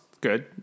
good